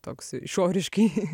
toks išoriškai